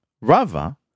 Rava